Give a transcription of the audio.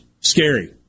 scary